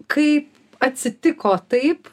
kai atsitiko taip